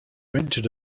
rented